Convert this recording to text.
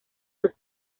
los